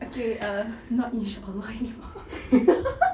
okay err not inshaallah anymore